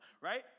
right